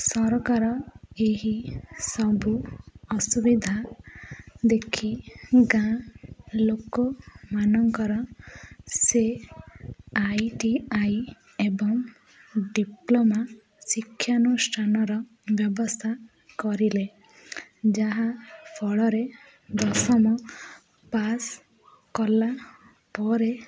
ସରକାର ଏହି ସବୁ ଅସୁବିଧା ଦେଖି ଗାଁ ଲୋକମାନଙ୍କର ସେ ଆଇ ଟି ଆଇ ଏବଂ ଡିପ୍ଲୋମା ଶିକ୍ଷାନୁଷ୍ଠାନର ବ୍ୟବସ୍ଥା କରିଲେ ଯାହାଫଳରେ ଦଶମ ପାସ୍ କଲା ପରେ